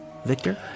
Victor